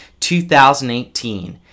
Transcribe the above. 2018